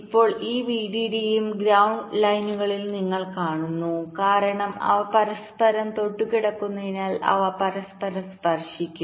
ഇപ്പോൾ ഈ വിഡിഡിയും ഗ്രൌണ്ട് ലൈനുകളും നിങ്ങൾ കാണുന്നു കാരണം അവ പരസ്പരം തൊട്ടുകിടക്കുന്നതിനാൽ അവ പരസ്പരം സ്പർശിക്കും